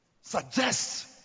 Suggest